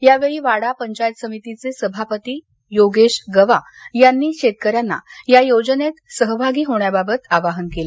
यावेळी वाडा पंचायत समितीचे सभापती योगेश गवा यांनी शेतकऱ्यांना या योजनेत सहभागी होण्याबाबत आवाहन केलं